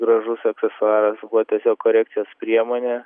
gražus aksesuaras buvo tiesiog korekcijos priemonė